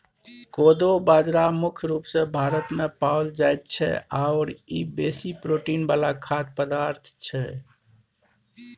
कोदो बाजरा मुख्य रूप सँ भारतमे पाओल जाइत छै आओर ई बेसी प्रोटीन वला खाद्य पदार्थ छै